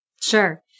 Sure